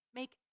Make